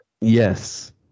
Yes